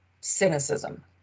cynicism